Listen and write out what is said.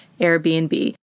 Airbnb